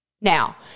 Now